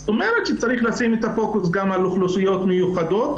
זאת אומרת שצריך לשים את הפוקוס גם על אוכלוסיות מיוחדות,